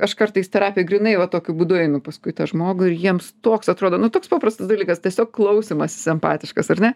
aš kartais terapijoj grynai va tokiu būdu einu paskui tą žmogų ir jiems toks atrodo nu toks paprastas dalykas tiesiog klausymasis empatiškas ar ne